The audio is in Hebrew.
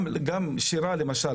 גם שירה למשל,